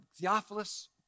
Theophilus